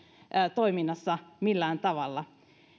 toiminnassa millään tavalla